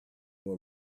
more